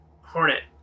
Hornet